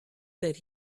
that